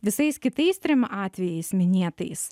visais kitais trim atvejais minėtais